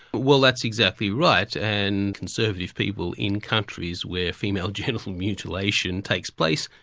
well that's exactly right, and conservative people in countries where female genital mutilation takes place,